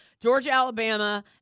Georgia-Alabama